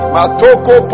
Matoko